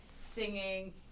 singing